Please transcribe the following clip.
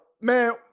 man